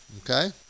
Okay